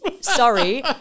Sorry